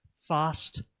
Fast